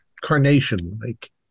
carnation-like